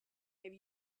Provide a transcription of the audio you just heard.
have